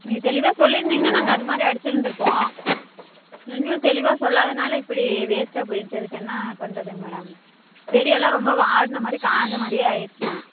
நீங்கள் தெளிவாக சொல்லிருந்திங்கனா நாங்கள் அதுமாதிரி அடிச்சுருந்துருப்போம் நீங்களும் தெளிவாக சொல்லாததினால இப்படி வேஸ்ட்டாக போயிருச்சு அதுக்கு என்ன பண்றதுங்க மேடம் செடியெல்லாம் ரொம்ப வாடின மாதிரி காஞ்ச மாதிரியே ஆயிருச்சுங்க